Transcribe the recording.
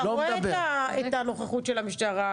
אתה רואה את הנוכחות של המשטרה.